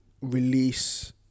release